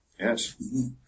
Yes